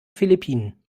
philippinen